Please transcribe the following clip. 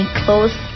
clothes